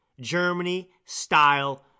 Germany-style